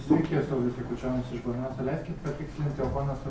sveiki saulius jakučionis iš bnso leiskit patikslinti o ponas